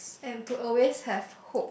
and to always have hope